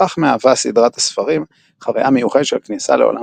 בכך מהווה סדרת הספרים חוויה מיוחדת של כניסה לעולם